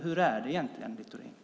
Hur är det egentligen med det, Littorin?